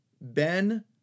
Ben